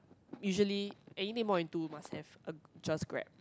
usually anything more than two must have a just Grab